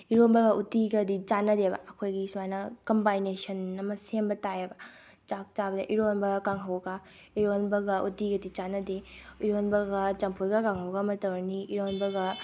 ꯏꯔꯣꯟꯕꯒ ꯎꯇꯤꯒꯗꯤ ꯆꯥꯟꯅꯗꯦꯕ ꯑꯩꯈꯣꯏꯒꯤ ꯁꯨꯃꯥꯏꯅ ꯀꯝꯕꯥꯏꯅꯦꯁꯟ ꯑꯃ ꯁꯦꯝꯕ ꯇꯥꯏꯌꯦꯕ ꯆꯥꯛ ꯆꯥꯕꯗ ꯏꯔꯣꯟꯕꯒ ꯀꯥꯡꯍꯧꯒ ꯏꯔꯣꯟꯕꯒ ꯎꯇꯤꯒꯗꯤ ꯆꯥꯟꯅꯗꯦ ꯏꯔꯣꯟꯕꯒ ꯆꯝꯐꯨꯠꯀ ꯀꯥꯡꯍꯧꯒ ꯑꯃ ꯇꯧꯔꯅꯤ ꯏꯔꯣꯟꯕꯒ